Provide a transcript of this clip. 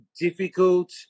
difficult